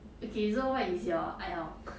okay so what is your 爱好